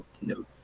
no